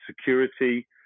security